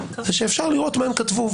שאפשר לראות מה הם כתבו,